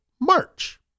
March